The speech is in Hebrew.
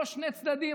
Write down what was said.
לא "שני צדדים".